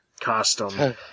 costume